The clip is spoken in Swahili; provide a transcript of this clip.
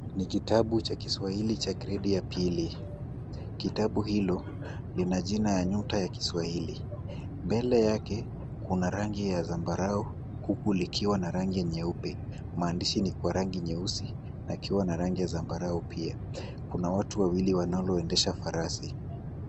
Ni kitabu cha kiswahili cha gredi ya pili, kitabu hilo lina jina ya nyota ya kiswahili. Mbele yake kuna rangi ya zambarau, huku likiwa na rangi nyeupe, maandishi ni kwa rangi nyeusi yakiwa na rangi ya zambarau pia, kuna watu wawili wanaloendesha farasi.